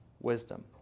wisdom